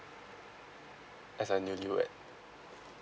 as a newly wed